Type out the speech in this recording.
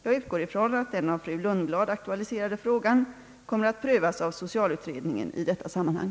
Jag utgår ifrån, att den av fru Lundblad aktualiserade frågan kommer att prövas av socialutredningen i detta sammanhang.